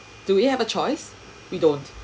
do we have a choice we don't